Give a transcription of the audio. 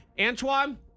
Antoine